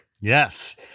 Yes